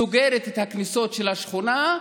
סוגרת את הכניסות של השכונה,